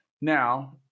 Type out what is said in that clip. Now